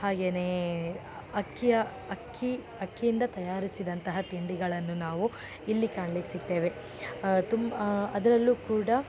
ಹಾಗೆಯೇ ಅಕ್ಕಿಯ ಅಕ್ಕಿ ಅಕ್ಕಿಯಿಂದ ತಯಾರಿಸಿದಂತಹ ತಿಂಡಿಗಳನ್ನು ನಾವು ಇಲ್ಲಿ ಕಾಣ್ಲಿಕ್ಕೆ ಸಿಕ್ತೇವೆ ತುಂ ಅದರಲ್ಲೂ ಕೂಡ